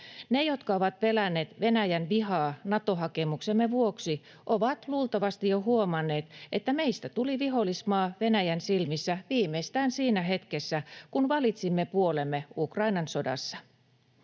Ne, jotka ovat pelänneet Venäjän vihaa Nato-hakemuksemme vuoksi, ovat luultavasti jo huomanneet, että meistä tuli vihollismaa Venäjän silmissä viimeistään siinä hetkessä, kun valitsimme puolemme Ukrainan sodassa.